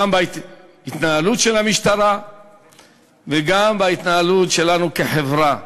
גם בהתנהלות של המשטרה וגם בהתנהלות שלנו כחברה.